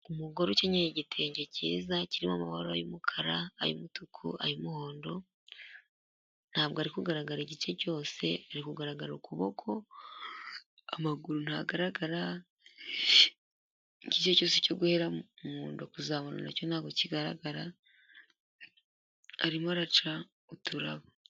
Umugore ukenyera igitenge cyiza kirimo amabara y'umukara, ay'umutuku, ay'umuhondo ntabwo ari kugaragara igice cyose ari kugaragara ukuboko, amaguru ntagaragara, igice cyose cyo guhera mu nda kuzabona nacyo ntabwo kigaragara, arimo araca uturabo.